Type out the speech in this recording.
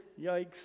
yikes